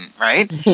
right